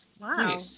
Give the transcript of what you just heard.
Wow